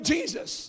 Jesus